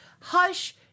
hush